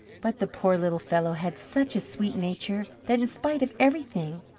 but the poor little fellow had such a sweet nature that in spite of everything,